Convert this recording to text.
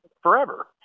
forever